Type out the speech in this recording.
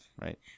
right